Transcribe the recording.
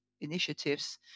initiatives